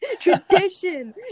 tradition